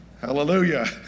Hallelujah